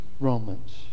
Romans